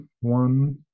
one